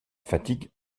fatigue